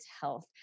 health